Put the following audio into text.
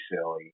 silly